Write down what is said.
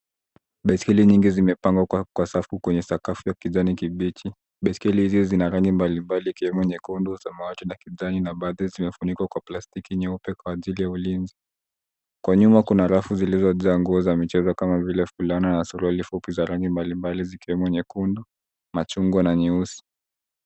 Baiskeli nyingi zimepangwa kwa safu kwenye sakafu ya kijani kibichi. Baiskeli hizi zina rangi mbalimbali ikiwemo nyekundu, samawati, na kijani na baadhi zimefunikwa kwa plastiki nyeupe kwa ajili ya ulinzi. Kwa nyuma kuna rafu zilizojaa nguo za michezo kama vile fulana na suruali fupi za rangi mbalimbali zikiwemo nyekundu, machungwa na nyeusi.